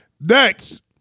Next